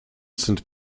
saint